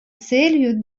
целью